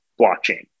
blockchain